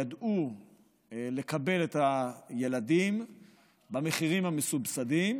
ידעו לקבל את הילדים במחירים המסובסדים